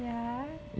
yeah